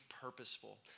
purposeful